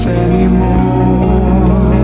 anymore